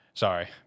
Sorry